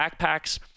backpacks